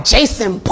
Jason